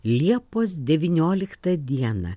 liepos devynioliktą dieną